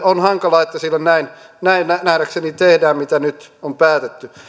on nähdäkseni hankalaa että tälle tielle näin tehdään kuin nyt on päätetty